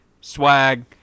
swag